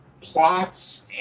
plots